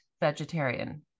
vegetarian